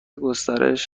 گسترش